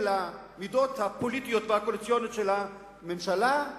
למידות הפוליטיות והקואליציוניות של הממשלה.